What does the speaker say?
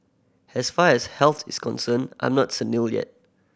as far as health is concerned I'm not senile yet